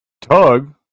Tug